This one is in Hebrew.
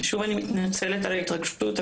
אני מתנצלת על ההתרגשות,